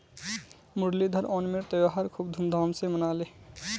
मुरलीधर ओणमेर त्योहार खूब धूमधाम स मनाले